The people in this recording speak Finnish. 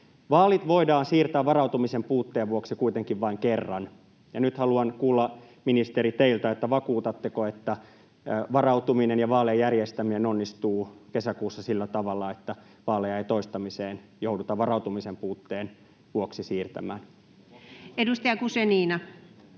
Vaalit voidaan siirtää varautumisen puutteen vuoksi kuitenkin vain kerran, ja nyt, ministeri, haluan kuulla teiltä, vakuutatteko, että varautuminen ja vaalien järjestäminen onnistuvat kesäkuussa sillä tavalla, että vaaleja ei toistamiseen jouduta varautumisen puutteen vuoksi siirtämään. Edustaja Guzenina.